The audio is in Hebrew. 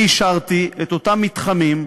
אני אישרתי את אותם מתחמים,